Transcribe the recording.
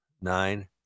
nine